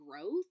growth